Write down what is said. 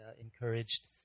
encouraged